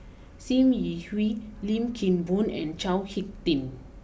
Sim Yi Hui Lim Kim Boon and Chao Hick Tin